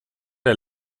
der